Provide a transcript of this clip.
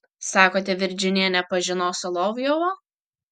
sakote virdžinija nepažino solovjovo